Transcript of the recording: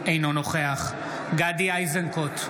אינו נוכח גדי איזנקוט,